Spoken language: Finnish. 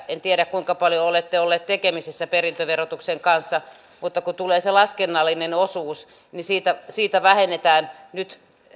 en tiedä kuinka paljon olette ollut tekemisissä perintöverotuksen kanssa mutta kun tulee se laskennallinen osuus niin siitä siitä vähennetään nyt